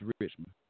Richmond